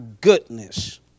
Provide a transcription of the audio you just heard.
goodness